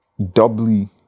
doubly